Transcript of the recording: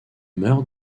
meurt